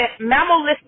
mammalistic